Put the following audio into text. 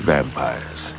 Vampires